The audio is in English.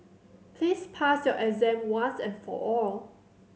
please pass your exam once and for all